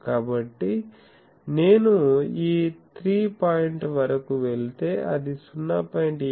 కాబట్టి నేను ఈ 3 పాయింట్ వరకు వెళితే అది 0